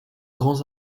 grands